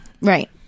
Right